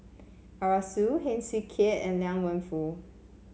Arasu Heng Swee Keat and Liang Wenfu